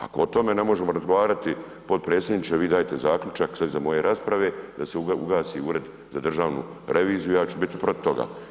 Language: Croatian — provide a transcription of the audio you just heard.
Ako o tome ne možemo razgovarati, potpredsjedniče, vi dajte zaključak u svezi moje rasprave, da se ugasi Ured za državnu reviziju, ja ću biti protiv toga.